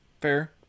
Fair